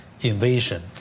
invasion